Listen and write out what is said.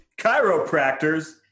Chiropractors